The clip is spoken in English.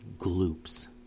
Gloops